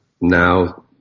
now